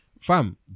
Fam